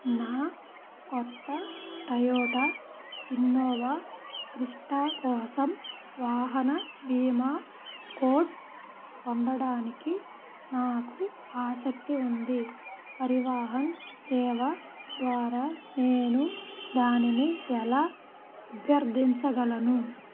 నా కొత్త Toyota Innova Crysta కోసం వాహన భీమా కోట్ పొందడానికి నాకు ఆసక్తి ఉంది పరివాహన్ సేవ ద్వారా నేను దానిని ఎలా అభ్యర్థించగలను